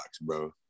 bro